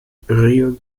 río